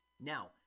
Now